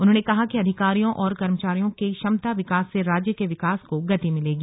उन्होंने कहा कि अधिकारियों और कर्मचारियों के क्षमता विकास से राज्य के विकास को गति मिलेगी